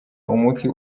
umuti